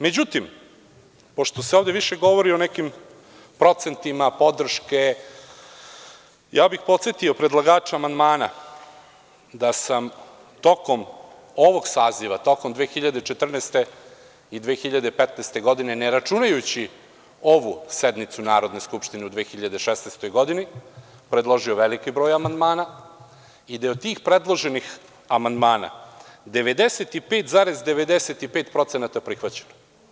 Međutim, pošto se ovde više govori o nekim procentima podrške, ja bih podsetio predlagača amandmana da sam tokom ovog saziva, tokom 2014. i 2015. godine, ne računajući ovu sednicu Narodne skupštine u 2016. godini, predložio veliki broj amandmana i da je od tih predloženih amandmana 95,95% prihvaćeno.